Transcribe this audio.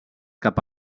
cap